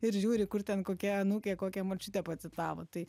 ir žiūri kur ten kokia anūkė kokią močiutę pacitavo tai